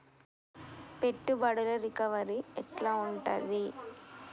పెట్టుబడుల రికవరీ ఎట్ల ఉంటది?